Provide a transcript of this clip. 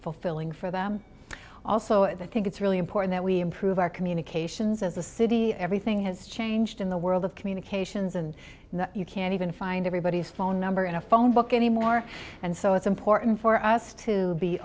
fulfilling for them also i think it's really important that we improve our communications as a city everything has changed in the world of communications and that you can't even find everybody's phone number in a phone book anymore and so it's important for us to be